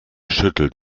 schüttelt